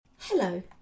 hello